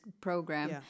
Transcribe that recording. program